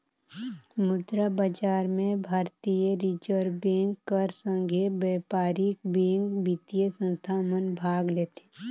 मुद्रा बजार में भारतीय रिजर्व बेंक कर संघे बयपारिक बेंक, बित्तीय संस्था मन भाग लेथें